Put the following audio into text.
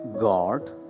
God